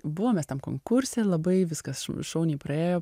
buvom mes tam konkurse labai viskas šauniai praėjo